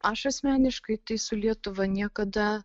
aš asmeniškai tai su lietuva niekada